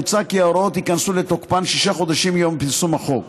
מוצע כי ההוראות ייכנסו לתוקפן שישה חודשים מיום פרסום החוק.